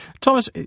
Thomas